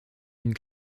une